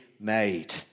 made